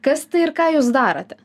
kas tai ir ką jūs darote